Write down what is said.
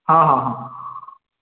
ହଁ ହଁ ହଁ